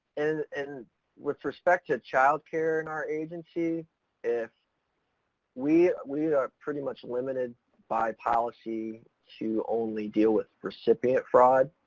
and and with respect to child care in our agency if we, we are pretty much limited by policy to only deal with recipient fraud